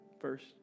first